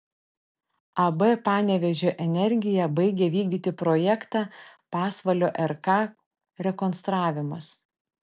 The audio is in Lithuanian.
ab panevėžio energija baigia vykdyti projektą pasvalio rk rekonstravimas